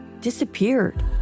disappeared